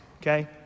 Okay